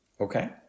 okay